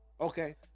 Okay